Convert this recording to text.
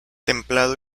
templado